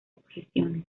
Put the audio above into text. objeciones